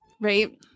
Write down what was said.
Right